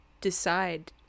decide